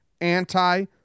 anti